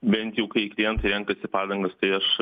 bent jau kai klientai renkasi padangas tai aš